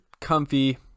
comfy